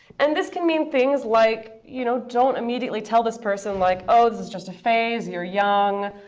and this can mean things like you know don't immediately tell this person like, oh, this is just a phase. you're young.